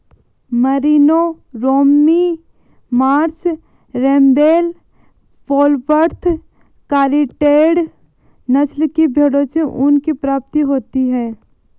Merino, Romney Marsh, Rambouillet, Polwarth, Corriedale नस्ल की भेंड़ों से ऊन की प्राप्ति होती है